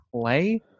play